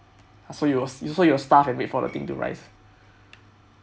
so you so you starve and wait for the thing to rise